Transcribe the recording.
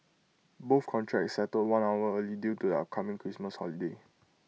both contracts settled one hour early due to upcoming Christmas holiday